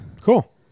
Cool